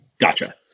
Gotcha